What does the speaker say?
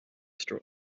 straw